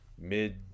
mid